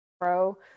pro